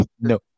No